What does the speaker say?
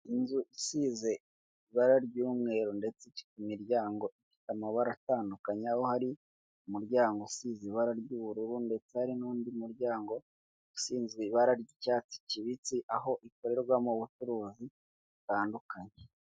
Ni mu isoko ry'ibiribwa harimo abantu bagaragara ko bari kugurisha, ndabona imboga zitandukanye, inyuma yaho ndahabona ibindi bintu biri gucuruzwa ,ndahabona ikimeze nk'umutaka ,ndahabona hirya ibiti ndetse hirya yaho hari n'inyubako.